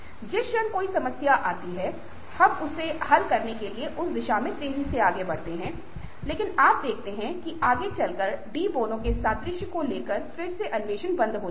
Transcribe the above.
जिस क्षण कोई समस्या आती है हम उसे हल करने के लिए उस दिशा में तेजी से आगे बढ़ते हैं लेकिन आप देखते हैं कि आगे चलकर डी बोनो के सादृश्य को ले कर फिर से अन्वेषण बंद हो जाता है